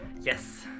Yes